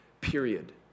Period